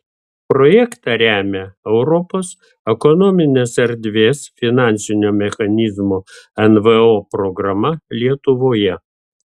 projektą remia europos ekonominės erdvės finansinio mechanizmo nvo programa lietuvoje